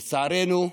לצערנו,